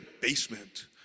basement